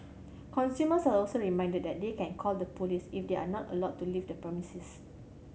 consumers are also reminded that they can call the police if they are not allowed to leave the premises